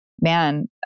Man